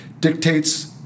dictates